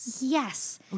yes